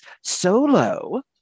solo